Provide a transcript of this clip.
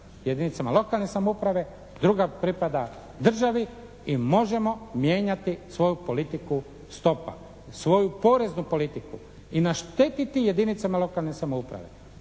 jedinicama lokalne samouprave, druga pripada državi i možemo mijenjati svoju politiku stopa, svoju poreznu politiku i naštetiti jedinicama lokalne samouprave.